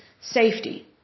safety